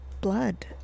blood